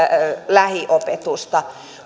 lähiopetusta